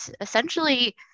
essentially